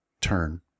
turn